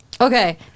okay